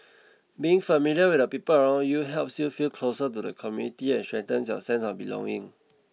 being familiar with the people around you helps you feel closer to the community and strengthens your sense of belonging